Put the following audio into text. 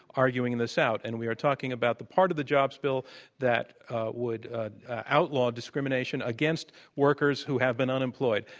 arguing and this out and we are talking about the part of the jobs bill that would outlaw discrimination against workers who have been unemployed.